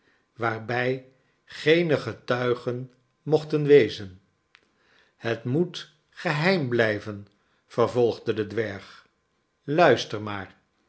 waarbij geene getuigen mochten wezen het moet geheim blijven vervolgde de dwerg luister maar